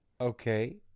Okay